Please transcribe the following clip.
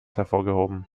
hervorgehoben